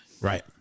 Right